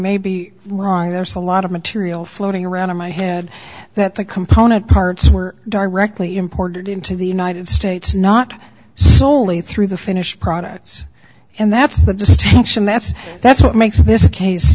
may be wrong there's a lot of material floating around in my head that the component parts were directly imported into the united states not solely through the finished products and that's the distinction that's that's what makes this case